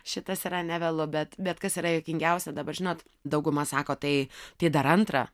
šitas yra nevėlu bet bet kas yra juokingiausia dabar žinot dauguma sako tai tai dar antrą